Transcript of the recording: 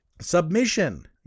Submission